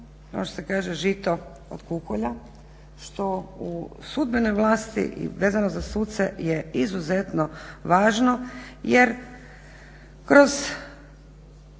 ono što se kaže žito od kukolja što u sudbenoj vlasti i vezano za suce je izuzetno važno jer kroz